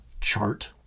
chart